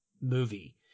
movie